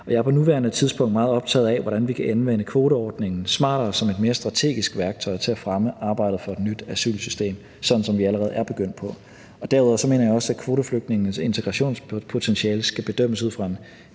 Jeg er på nuværende tidspunkt meget optaget af, hvordan vi kan anvende kvoteordningen smartere som et mere strategisk værktøj til at fremme arbejdet for et nyt asylsystem, sådan som vi allerede er begyndt på det. Derudover mener jeg også, at kvoteflygtningenes integrationspotentiale skal bedømmes ud fra en